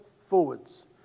forwards